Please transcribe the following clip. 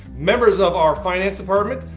members of our finance department,